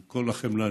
עם כל החמלה הנדרשת,